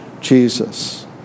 Jesus